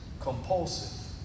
compulsive